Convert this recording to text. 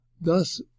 thus